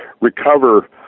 recover